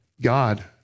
God